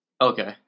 Okay